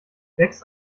lecks